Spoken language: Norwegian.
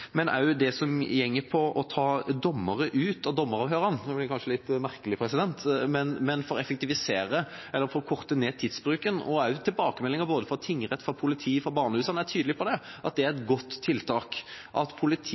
men vi har valgt 16 år. Noe annet er det som går på å ta dommere ut av dommeravhørene. Det er kanskje litt merkelig, men vi gjør det for å effektivisere og korte ned tidsbruken. Tilbakemeldinger både fra tingretten, politiet og barnehusene er tydelige på at det er et godt tiltak. Politiet